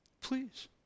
please